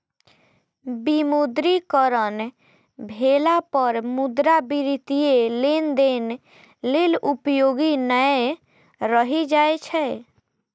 विमुद्रीकरण भेला पर मुद्रा वित्तीय लेनदेन लेल उपयोगी नै रहि जाइ छै